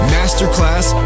Masterclass